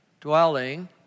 dwelling